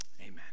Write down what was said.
Amen